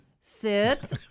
Sit